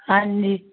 ਹਾਂਜੀ